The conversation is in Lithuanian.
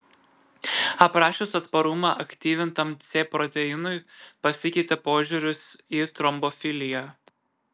aprašius atsparumą aktyvintam c proteinui pasikeitė požiūris į trombofiliją